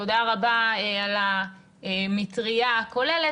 תודה רבה על המטרייה הכוללת,